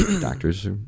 doctors